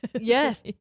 Yes